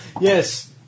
Yes